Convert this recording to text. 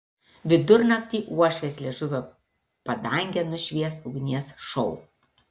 vidurnaktį uošvės liežuvio padangę nušvies ugnies šou